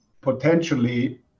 potentially